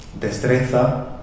destreza